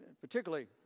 particularly